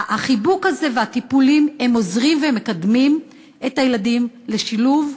החיבוק הזה והטיפולים עוזרים ומקדמים את הילדים לשילוב,